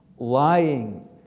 lying